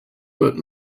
but